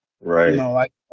right